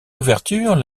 ouverture